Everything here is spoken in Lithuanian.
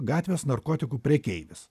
gatvės narkotikų prekeivis